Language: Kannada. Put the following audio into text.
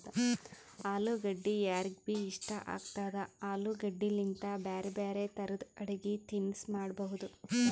ಅಲುಗಡ್ಡಿ ಯಾರಿಗ್ಬಿ ಇಷ್ಟ ಆಗ್ತದ, ಆಲೂಗಡ್ಡಿಲಿಂತ್ ಬ್ಯಾರೆ ಬ್ಯಾರೆ ತರದ್ ಅಡಗಿ ತಿನಸ್ ಮಾಡಬಹುದ್